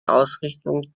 ausrichtung